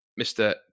Mr